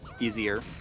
Easier